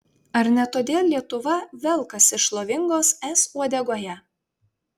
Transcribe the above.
ar ne todėl lietuva velkasi šlovingos es uodegoje